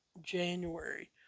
January